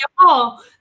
y'all